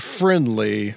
friendly